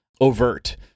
overt